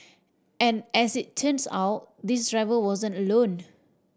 and as it turns out this driver wasn't alone